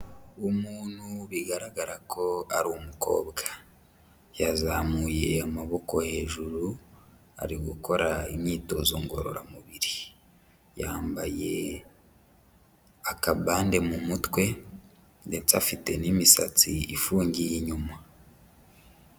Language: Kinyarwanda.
Umuntu bigaragara ko ari umukobwa, yazamuye amaboko hejuru ari gukora imyitozo ngororamubiri yambaye akabande mu mutwe ndetse afite n'imisatsi ifungiye inyuma.